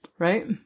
Right